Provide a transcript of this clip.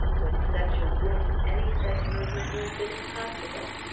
with such a wound, any such movement would have been impossible.